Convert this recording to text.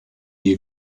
you